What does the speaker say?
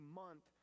month